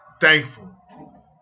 thankful